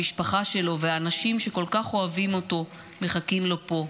המשפחה שלו והאנשים שכל כך אוהבים אותו מחכים לו פה.